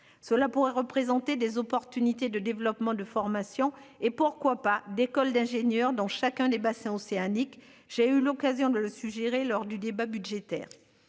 cela pourrait représenter des opportunités de développement, de formation et pourquoi pas d'école d'ingénieur dans chacun des bassins océaniques. J'ai eu l'occasion de le suggérer lors du débat budgétaire.